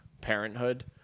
parenthood